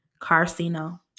Carcino